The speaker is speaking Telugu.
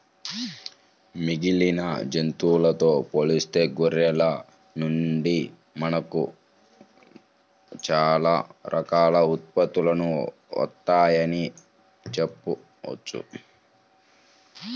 మిగిలిన జంతువులతో పోలిస్తే గొర్రెల నుండి మనకు చాలా రకాల ఉత్పత్తులు వత్తయ్యని చెప్పొచ్చు